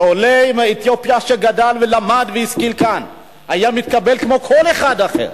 שעולה מאתיופיה שלמד וגדל והשכיל כאן היה מתקבל כמו כל אחד אחר,